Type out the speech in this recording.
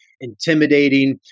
intimidating